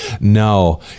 No